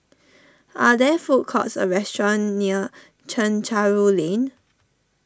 are there food courts or restaurants near Chencharu Lane